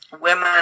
women